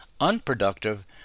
unproductive